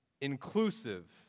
inclusive